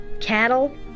cattle